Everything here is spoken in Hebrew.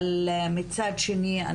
אבל מצד שני,